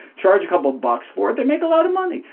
charge a couple of bucks for it. they make a lot of money.